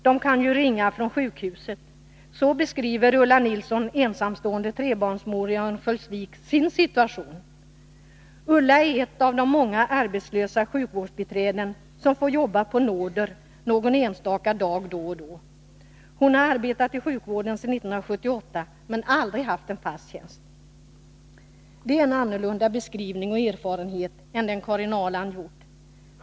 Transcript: De kan ju ringa från sjukhuset.” Så beskriver Ulla Nilsson, ensamstående trebarnsmor i Örnsköldsvik, sin situation. Ulla är ett av många arbetslösa sjukvårdsbiträden som får jobba på nåder någon enstaka dag då och då. Hon har arbetat i sjukvården sedan 1978 men aldrig haft någon fast tjänst. Det är en annorlunda beskrivning av verkligheten än den Karin Ahrland har gjort.